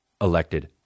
elected